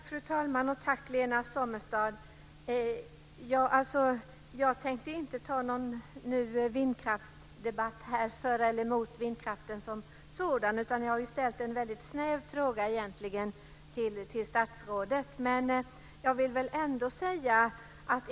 Fru talman! Tack, Lena Sommestad. Jag tänkte inte ta upp någon debatt om för eller emot vindkraften som sådan här. Det var en väldigt snäv fråga som jag ställde till statsrådet.